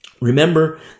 remember